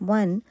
one